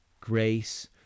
grace